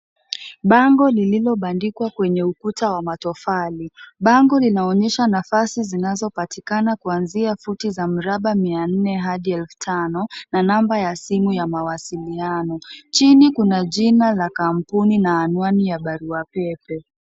Bango lililobandikwa kwenye ukuta wa matofali. Bango linaonyesha nafasi zinazopatikana kuanzia futi za miraba mia nne hadi elfu tano na namba ya simu ya mawasiliano. Chini kuna jina la kampuni na anwani ya barua pepe.